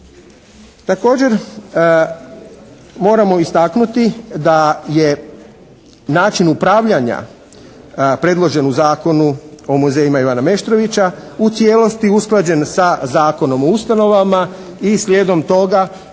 Također moramo istaknuti da je način upravljanja predložen u Zakonu o muzejima Ivana Meštrovića u cijelosti usklađen sa Zakonom o ustanovama. I slijedom toga